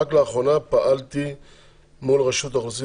רק לאחרונה פעלתי מול רשות האוכלוסין